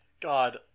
God